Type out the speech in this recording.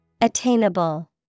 Attainable